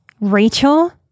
rachel